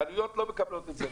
חנויות לא מקבלות את זה,